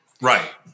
Right